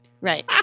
Right